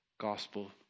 gospel